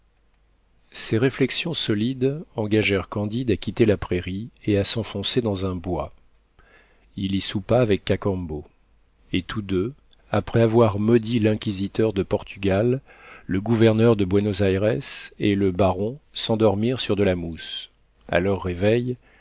ces réflexions solides engagèrent candide à quitter la prairie et à s'enfoncer dans un bois il y soupa avec cacambo et tous deux après avoir maudit l'inquisiteur de portugal le gouverneur de buénos ayres et le baron s'endormirent sur de la mousse a leur réveil